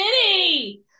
City